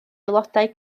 aelodau